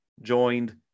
joined